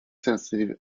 sensitive